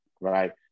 Right